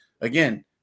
again